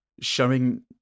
showing